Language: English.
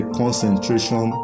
concentration